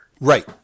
Right